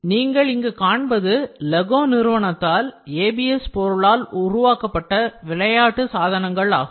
நீங்கள் இங்கு காண்பது LEGO நிறுவனத்தால் ABS பொருளால் உருவாக்கப்பட்ட விளையாட்டு சாதனங்கள் ஆகும்